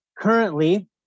Currently